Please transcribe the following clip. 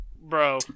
bro